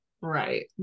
right